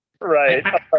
Right